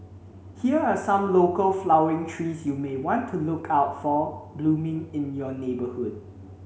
here are some local flowering trees you may want to look out for blooming in your neighbourhood